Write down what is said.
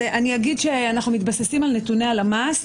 אני אגיד שאנחנו מתבססים על נתוני הלמ"ס,